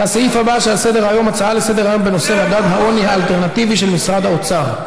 להצעות לסדר-היום בנושא: מדד העוני האלטרנטיבי של משרד האוצר,